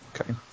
Okay